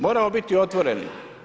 Moramo biti otvoreni.